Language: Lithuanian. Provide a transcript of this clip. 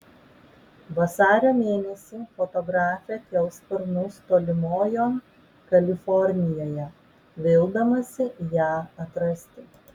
vasario mėnesį fotografė kels sparnus tolimojon kalifornijoje vildamasi ją atrasti